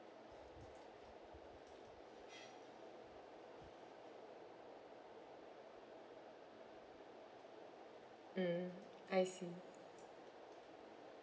mm I see